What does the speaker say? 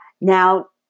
Now